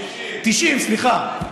90. 90, סליחה.